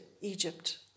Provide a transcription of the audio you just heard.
Egypt